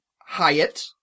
Hyatt